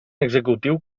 executiu